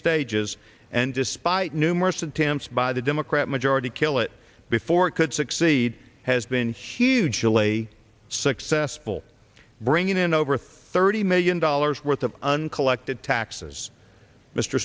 stages and despite numerous attempts by the democrat majority kill it before it could succeed has been huge delay successful bringing in over thirty million dollars worth of uncollected taxes mr